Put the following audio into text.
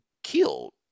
killed